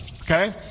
Okay